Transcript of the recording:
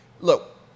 Look